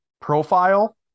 profile